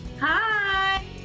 Hi